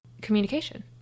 communication